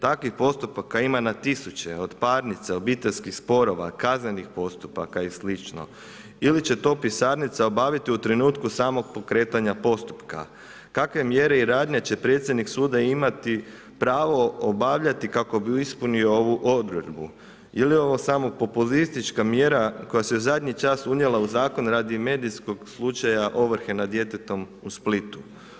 Takvih postupaka ima na tisuće od parnica, obiteljskih sporova, kaznenih postupaka i slično ili će to pisarnica obaviti u trenutku samog pokretanja postupka, kakve mjere i radnje će predsjednik suda imati pravo obavljati kako bi ispunio ovu odredbu ili je ovo samo populistička mjera koja se zadnji čas unijela u zakon radi medijskog slučaja ovrhe nad djetetom u Splitu.